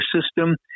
system